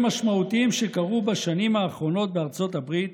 משמעותיים שקרו בשנים האחרונות בארצות הברית